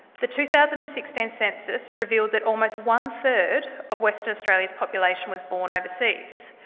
the two thousand and sixteen census revealed that almost one third of western australia's population was born overseas.